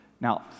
Now